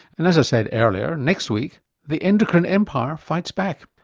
and as i said earlier, next week the endocrine empire fights back.